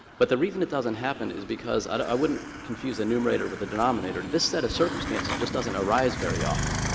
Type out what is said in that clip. but the reason it doesn't happen is because i wouldn't confuse a numerator with a denominator. this set of circumstances just doesn't arise very often.